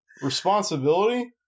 Responsibility